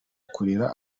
kurera